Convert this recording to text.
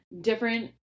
different